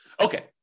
Okay